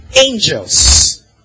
angels